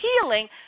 healing